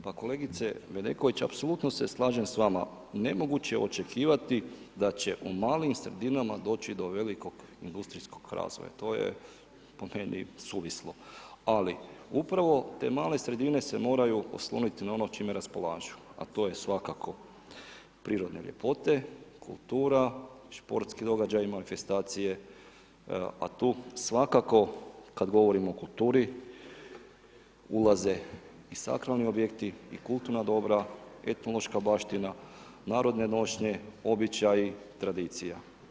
Pa kolegice Bedeković, apsolutno se slažem s vama, nemoguće je očekivati da će u malim sredinama doći do velikog industrijskog razvoja, to je po meni suvislo ali upravo te male sredine se moraju osloniti na ono čime raspolažu a to je svakako prirodne ljepote, kultura, športski događaji, manifestacije a tu svakako kad govorimo o kulturi ulaze i sakralni objekti i kulturna dobra, etnološka baština, narodne nošnje, običaji, tradicija.